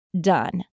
done